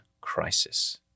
crisis